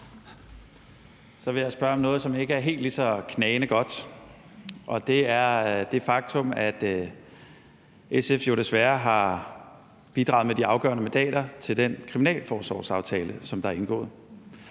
Jeg vil spørge om noget, som ikke er helt lige så knagende godt, og det er det faktum, at SF jo desværre har bidraget med de afgørende mandater til den kriminalforsorgsaftale, som er indgået,